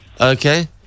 Okay